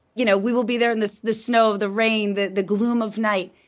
you know, we will be there in the the snow, the rain, the the gloom of night.